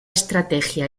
estrategia